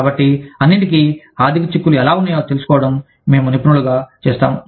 కాబట్టి అన్నింటికీ ఆర్థిక చిక్కులు ఎలా ఉన్నాయో తెలుసుకోవడం మేము నిపుణులుగా చేస్తాము